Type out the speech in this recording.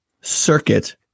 Circuit